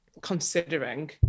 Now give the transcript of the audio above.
considering